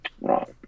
Right